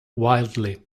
wildly